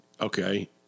okay